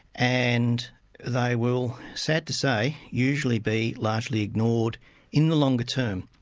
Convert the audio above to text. and they will, sad to say, usually be largely ignored in the longer term.